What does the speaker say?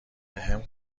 بهم